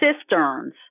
cisterns